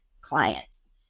clients